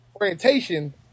orientation